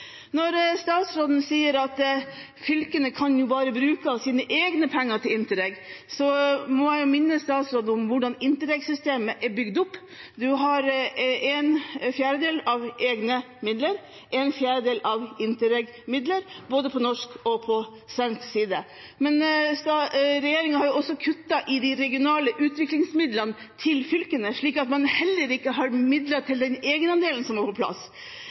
Når statsråden sier at fylkene kan bruke av egne penger til Interreg, må jeg minne statsråden om hvordan Interreg-systemet er bygd opp. Det er én fjerdedel av egne midler, én fjerdedel Interreg-midler – på både norsk og svensk side. Regjeringen har også kuttet i de regionale utviklingsmidlene til fylkene, slik at man heller ikke har midler til den egenandelen som må på plass.